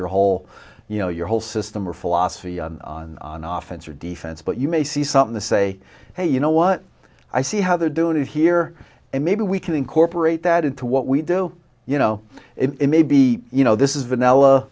your whole you know your whole system or philosophy on office or defense but you may see something to say hey you know what i see how they're doing it here and maybe we can incorporate that into what we do you know it may be you know this is vanilla